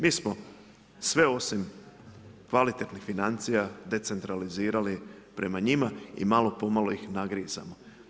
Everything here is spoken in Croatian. Mi smo sve osim kvalitetnih financija decentralizirali prema njima i malo po malo ih nagrazima.